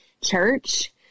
church